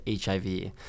HIV